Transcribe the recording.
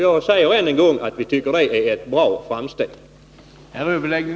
Jag säger än en gång att vi tycker att det är ett bra framsteg.